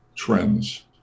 trends